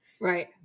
right